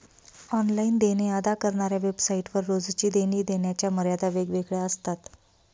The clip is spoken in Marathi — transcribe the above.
ऑनलाइन देणे अदा करणाऱ्या वेबसाइट वर रोजची देणी देण्याच्या मर्यादा वेगवेगळ्या असतात